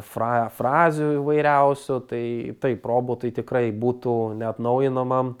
fra frazių įvairiausių tai taip robotui tikrai būtų neatnaujinamam